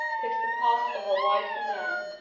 tis the part of a wise man.